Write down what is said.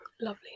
lovely